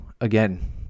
again